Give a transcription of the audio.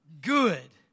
good